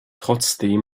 trotzdem